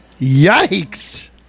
yikes